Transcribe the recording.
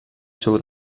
seu